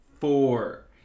Four